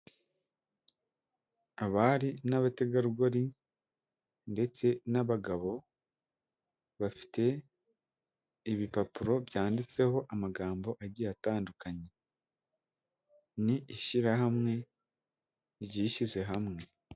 Abari n'abategarugori ndetse n'abagabo bafite ibipapuro byanditseho amagambo agiye atandukanye ni ishyirahamwe ryishyize hamwe.